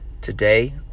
today